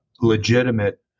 legitimate